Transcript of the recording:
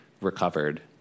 recovered